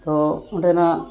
ᱛᱚ ᱚᱸᱰᱮᱱᱟᱜ